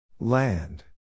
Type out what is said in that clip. Land